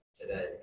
today